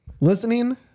Listening